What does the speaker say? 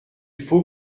faut